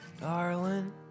Darling